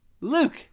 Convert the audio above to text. Luke